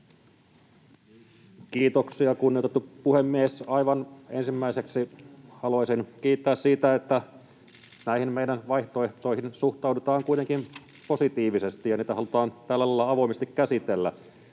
Kiitoksia, kunnioitettu puhemies! Aivan ensimmäiseksi haluaisin kiittää siitä, että näihin meidän vaihtoehtoihimme suhtaudutaan kuitenkin positiivisesti ja niitä halutaan tällä lailla avoimesti käsitellä.